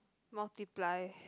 multiply